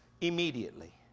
immediately